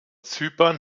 zypern